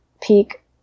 peak